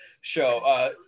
show